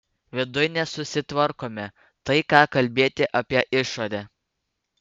viduj nesusitvarkome tai ką kalbėti apie išorę